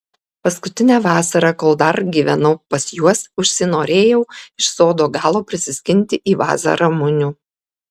paskutinę vasarą kol dar gyvenau pas juos užsinorėjau iš sodo galo prisiskinti į vazą ramunių